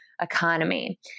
economy